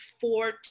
four